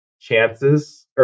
chances